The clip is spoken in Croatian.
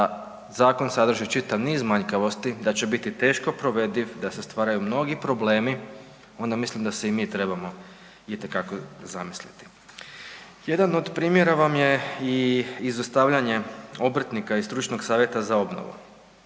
zakon sadrži čitav niz manjkavosti, da će biti teško provediv, da se stvaraju mnogi problemi onda mislim da se i mi trebamo itekako zamisliti. Jedan od primjera vam je i izostavljanje obrtnika i stručnog savjeta za obnovu.